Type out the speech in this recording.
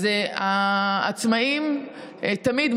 העצמאים תמיד,